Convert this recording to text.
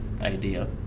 idea